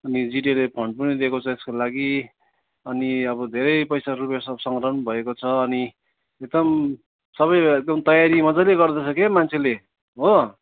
अनि जिटिएले फन्ड पनि दिएको छ यसको लागि अनि अब धेरै पैसा रुपियाँ सब सङ्ग्रह भएको छ अनि एकदम सबै एकदम सबै तयारी मजाले गर्दैछ क्या मान्छेले हो